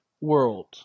world